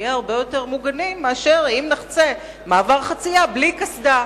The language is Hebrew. נהיה הרבה יותר מוגנים מאשר אם נחצה במעבר חצייה בלי קסדה.